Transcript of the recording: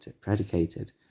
predicated